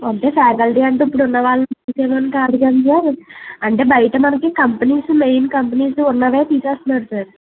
అంటే ఫ్యాకల్టీ అంటే ఇప్పుడు ఉన్నవాళ్ళని తీసేయమని కాదు కానీ సార్ అంటే బయట మనకి కంపెనీస్ మెయిన్ కంపెనీస్ ఉన్నవే తీసేస్తున్నారు సార్